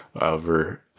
over